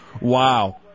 wow